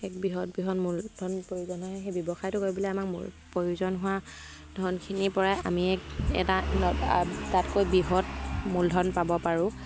এক বৃহৎ বৃহৎ মূলধন প্ৰয়োজন হয় সেই ব্যৱসায়টো কৰিবলৈ আমাক ম প্ৰয়োজন হোৱা ধনখিনিৰপৰাই আমি এটা তাতকৈ বৃহৎ মূলধন পাব পাৰোঁ